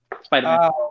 Spider-Man